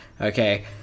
okay